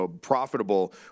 profitable